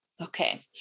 Okay